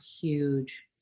huge